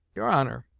your honor,